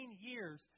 years